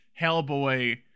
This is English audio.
Hellboy